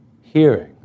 Hearing